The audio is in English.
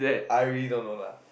I really don't know lah